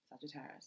Sagittarius